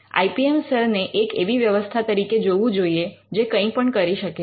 I P M cell ને એક એવી વ્યવસ્થા તરીકે જોવું જોઈએ જે કંઈપણ કરી શકે છે